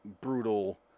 brutal